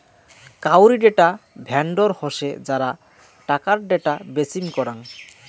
কাউরী data vendor হসে যারা টাকার ডেটা বেচিম করাং